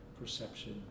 perception